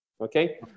Okay